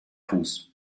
fuß